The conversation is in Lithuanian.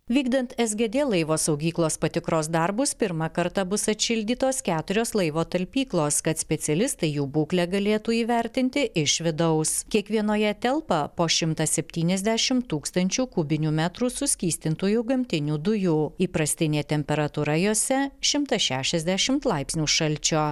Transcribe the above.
vykdant sgd laivo saugyklos patikros darbus pirmą kartą bus atšildytos keturios laivo talpyklos kad specialistai jų būklę galėtų įvertinti iš vidaus kiekvienoje telpa po šimtą septyniasdešimt tūkstančių kubinių metrų suskystintųjų gamtinių dujų įprastinė temperatūra jose šimtas šešiasdešimt laipsnių šalčio